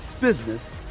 business